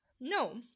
No